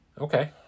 Okay